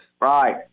Right